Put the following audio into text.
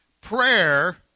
Prayer